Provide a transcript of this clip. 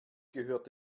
gehört